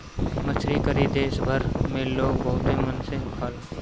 मछरी करी देश भर में लोग बहुते मन से खाला